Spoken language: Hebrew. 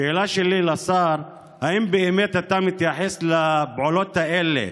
השאלה שלי לשר: האם באמת אתה מתייחס לפעולות האלה